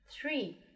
three